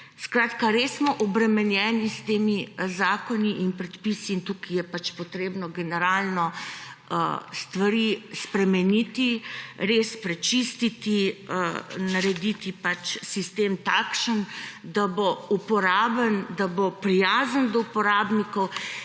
Skratka, res smo obremenjeni s temi zakoni in predpisi in tukaj je pač potrebno generalno stvari spremeniti, res prečistiti, narediti sistem takšen, da bo uporaben, da bo prijazen do uporabnikov.